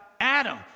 Adam